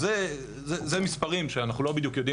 אלה מספרים שאנחנו לא בדיוק יודעים